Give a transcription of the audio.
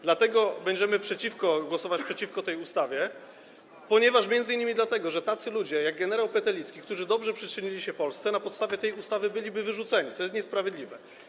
Dlatego będziemy głosować przeciwko tej ustawie, m.in. dlatego że tacy ludzie jak gen. Petelicki, którzy dobrze przysłużyli się Polsce, na podstawie ustawy byliby wyrzuceni, co jest niesprawiedliwe.